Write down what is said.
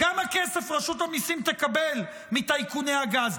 כמה כסף רשות המיסים תקבל מטייקוני הגז?